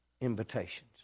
invitations